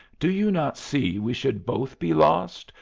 do you not see we should both be lost,